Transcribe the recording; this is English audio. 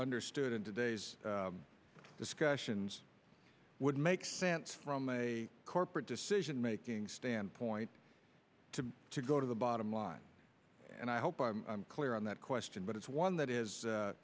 understood in today's discussions would make sense from a corporate decision making standpoint to to go to the bottom line and i hope i'm clear on that question but it's one that is